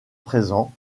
présents